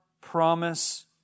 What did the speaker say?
promise